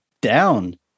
down